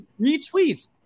retweets